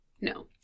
No